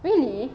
really